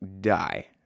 die